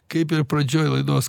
kaip ir pradžioj laidos